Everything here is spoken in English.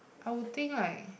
I would think like